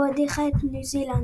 בו הדיחה את ניו זילנד.